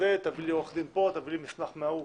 תביא עורך דין ותביא מסמך מההוא.